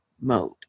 mode